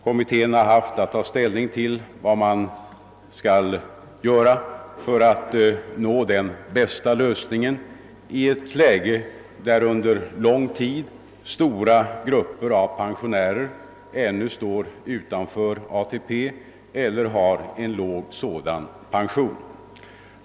Kommittén har haft att ta ställning till vad man skall göra för att nå den bästa lösningen i ett läge där under lång tid stora grupper av pensionärer ännu står utanför ATP eller har en låg sådan pension.